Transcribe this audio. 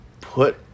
put